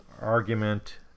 argument